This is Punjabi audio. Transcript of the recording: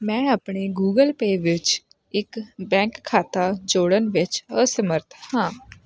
ਮੈਂ ਆਪਣੇ ਗੁਗਲ ਪੇ ਵਿੱਚ ਇੱਕ ਬੈਂਕ ਖਾਤਾ ਜੋੜਨ ਵਿੱਚ ਅਸਮਰੱਥ ਹਾਂ